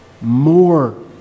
more